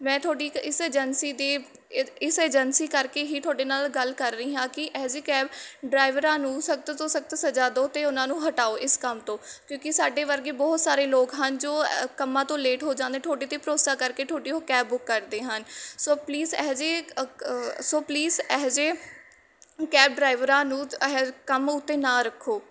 ਮੈਂ ਤੁਹਾਡੀ ਇੱਕ ਇਸ ਏਜੰਸੀ ਦੀ ਇਦ ਇਸ ਏਜੰਸੀ ਕਰਕੇ ਹੀ ਤੁਹਾਡੇ ਨਾਲ ਗੱਲ ਕਰ ਰਹੀ ਹਾਂ ਕਿ ਇਹ ਜਿਹੇ ਕੈਬ ਡਰਾਈਵਰਾਂ ਨੂੰ ਸਖਤ ਤੋਂ ਸਖਤ ਸਜ਼ਾ ਦਿਉ ਅਤੇ ਉਹਨਾਂ ਨੂੰ ਹਟਾਓ ਇਸ ਕੰਮ ਤੋਂ ਕਿਉਂਕਿ ਸਾਡੇ ਵਰਗੇ ਬਹੁਤ ਸਾਰੇ ਲੋਕ ਹਨ ਜੋ ਕੰਮਾਂ ਤੋਂ ਲੇਟ ਹੋ ਜਾਂਦੇ ਤੁਹਾਡੇ 'ਤੇ ਭਰੋਸਾ ਕਰਕੇ ਤੁਹਾਡੀ ਉਹ ਕੈਬ ਬੁੱਕ ਕਰਦੇ ਹਨ ਸੋ ਪਲੀਜ਼ ਇਹੋ ਜਿਹੇ ਸੋ ਪਲੀਜ ਇਹੋ ਜਿਹੇ ਕੈਬ ਡਰਾਈਵਰਾਂ ਨੂੰ ਇਹ ਜ ਕੰਮ ਉੱਤੇ ਨਾ ਰੱਖੋ